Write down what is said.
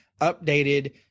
updated